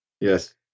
Yes